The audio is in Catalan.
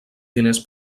diners